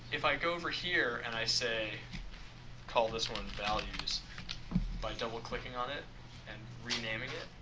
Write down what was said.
if i go over here and i say call this one values by double-clicking on it and renaming it.